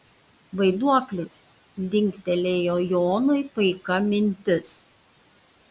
vaiduoklis dingtelėjo jonui paika mintis